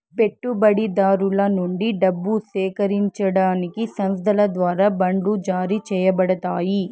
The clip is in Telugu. పెట్టుబడిదారుల నుండి డబ్బు సేకరించడానికి సంస్థల ద్వారా బాండ్లు జారీ చేయబడతాయి